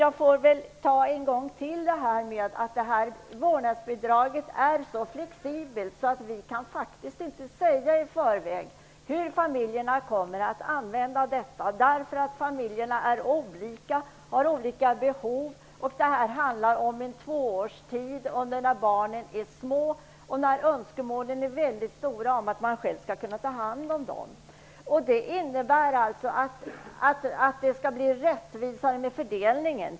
Jag får ännu en gång påpeka att vårdnadsbidraget är så flexibelt att vi inte kan säga i förväg hur familjerna kommer att använda det, därför att familjer är olika och har olika behov. Det handlar om en tvåårsperiod, när barnen är små och föräldrarnas önskemål om att själva ta hand om dem är stora. Det innebär att fördelningen skall bli mer rättvis.